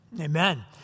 Amen